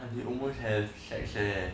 ah they almost have sex leh